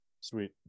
Sweet